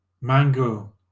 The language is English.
mango